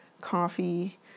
coffee